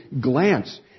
glance